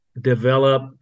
Develop